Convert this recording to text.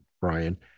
Brian